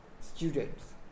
students